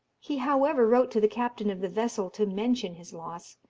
he however wrote to the captain of the vessel to mention his loss,